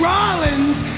Rollins